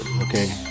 Okay